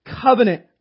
covenant